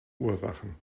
ursachen